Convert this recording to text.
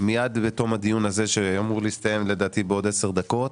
מיד בתום הדיון הזה שלדעתי אמור להסתיים בעוד 10 דקות,